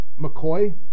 McCoy